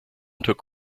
took